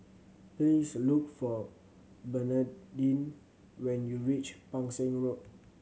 please look for Bernadine when you reach Pang Seng Road